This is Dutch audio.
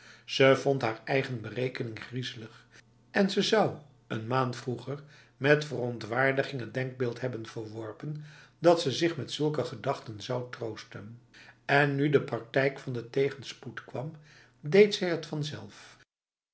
ze vond haar eigen berekening griezelig en zou een maand vroeger met verontwaardiging het denkbeeld hebben verworpen dat ze zich met zulke gedachten zou troosten en nu de praktijk van de tegenspoed kwam deed zij het vanzelf